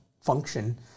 function